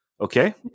Okay